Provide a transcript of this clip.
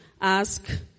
ask